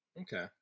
Okay